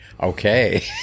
Okay